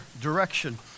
direction